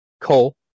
coal